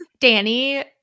Danny